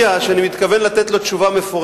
בכנס הרצלייה זה עולה 150,000 שקל.